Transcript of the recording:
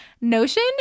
Notion